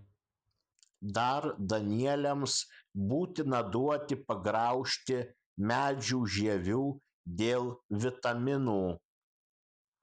dar danieliams būtina duoti pagraužti medžių žievių dėl vitaminų